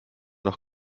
doch